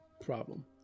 problem